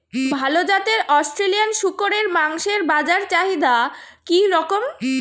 ভাল জাতের অস্ট্রেলিয়ান শূকরের মাংসের বাজার চাহিদা কি রকম?